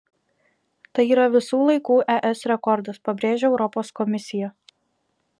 tai yra visų laikų es rekordas pabrėžia europos komisija